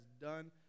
done